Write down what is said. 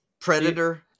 Predator